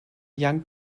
young